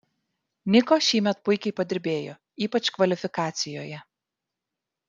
niko šiemet puikiai padirbėjo ypač kvalifikacijoje